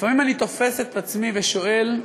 לפעמים אני תופס את עצמי ושואל,